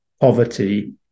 poverty